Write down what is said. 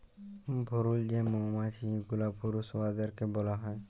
ভুরুল যে মমাছি গুলা পুরুষ উয়াদেরকে ব্যলা হ্যয়